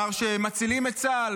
אמר שהם מצילים את צה"ל,